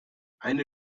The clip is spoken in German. eine